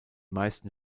meisten